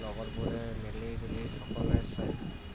লগৰবোৰে মিলি জুলি সকলোৱে চাওঁ